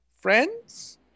Friends